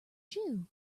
shoe